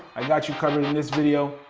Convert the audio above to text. i got you covered in this video.